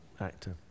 actor